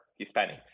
Hispanics